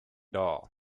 doll